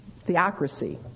theocracy